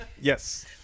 Yes